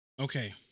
Okay